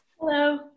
Hello